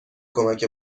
کمک